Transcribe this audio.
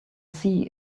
see